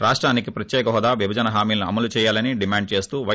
రాష్టానికి ప్రత్యేక హోదా విభజన హామీలను అమలు చేయాలని డిమాండ్ చేస్తూ వై